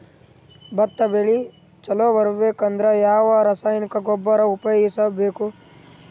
ಭತ್ತ ಬೆಳಿ ಚಲೋ ಬರಬೇಕು ಅಂದ್ರ ಯಾವ ರಾಸಾಯನಿಕ ಗೊಬ್ಬರ ಉಪಯೋಗಿಸ ಬೇಕು?